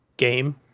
game